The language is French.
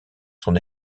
son